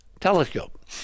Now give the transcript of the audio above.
Telescope